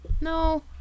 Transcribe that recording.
no